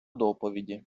доповіді